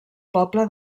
poble